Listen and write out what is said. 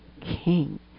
King